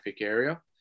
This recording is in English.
area